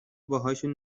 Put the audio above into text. باهاشون